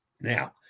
Now